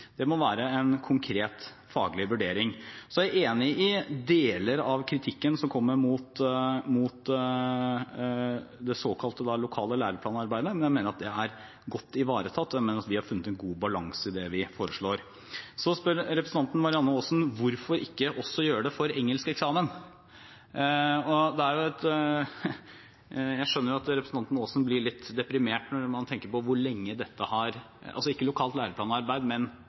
Det må være en konkret, faglig vurdering. Jeg er enig i deler av kritikken som kommer mot det såkalt lokale læreplanarbeidet, men jeg mener at det er godt ivaretatt, og at vi har funnet en god balanse i det vi foreslår. Så spør representanten Marianne Aasen – hvorfor ikke gjøre det også for engelskeksamen? Jeg skjønner at representanten Aasen blir litt deprimert når man tenker på hvor lenge det har vært. Det gjelder altså ikke lokalt læreplanarbeid,